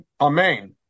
Amen